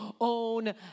own